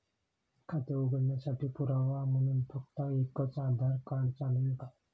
खाते उघडण्यासाठी पुरावा म्हणून फक्त एकच आधार कार्ड चालेल का?